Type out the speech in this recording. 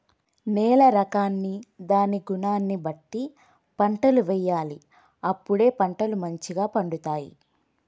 నేల రకాన్ని దాని గుణాన్ని బట్టి పంటలు వేయాలి అప్పుడే పంటలు మంచిగ పండుతాయి